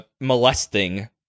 molesting